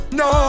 no